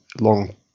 long